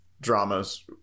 dramas